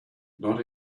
not